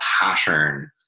pattern